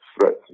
threats